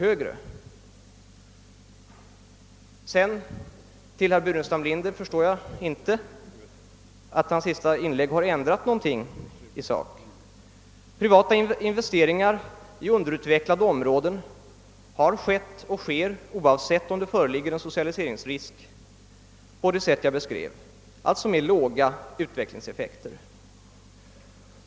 lägg har såvitt jag förstår inte ändrat något i sak. Privata investeringar i underutvecklade områden har gjorts och görs oavsett om det föreligger någon socialiseringsrisk eller ej på det sätt som jag beskrev, alltså med låga utvecklingseffekter.